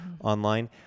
online